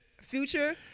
future